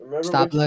Stop